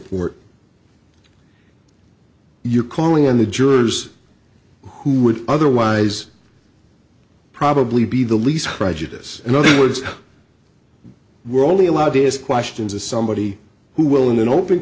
report you're calling on the jurors who would otherwise probably be the least prejudice in other words we're only allowed to ask questions of somebody who will in an open